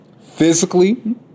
physically